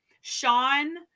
Sean